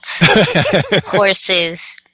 horses